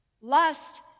lust